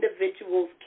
individuals